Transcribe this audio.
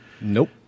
Nope